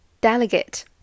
Delegate